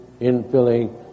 infilling